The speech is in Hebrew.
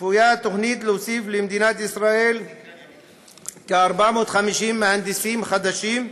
צפוי כי התוכנית תוסיף למדינת ישראל כ-450 מהנדסים חדשים,